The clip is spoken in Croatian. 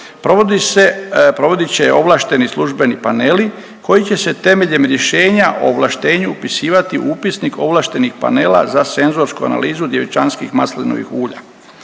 Provodit će ovlašteni službeni paneli koji će se temeljem rješenja o ovlaštenju upisivati u Upisnik ovlaštenih panela za senzorsku analizu djevičanskih maslinovih ulja.